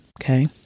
Okay